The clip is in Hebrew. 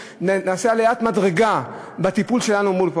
שנעשה עליית מדרגה בטיפול שלנו מול פולארד,